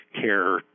care